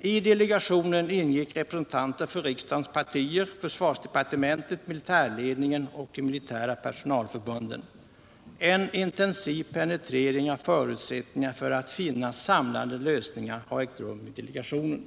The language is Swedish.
I delegationen ingick representanter för riksdagens partier, försvarsdepartementet, militärledningen och de militära personalförbunden. En intensiv penetrering av förutsättningarna för att finna samlande lösningar har ägt rum inom delegationen.